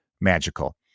magical